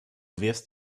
wirfst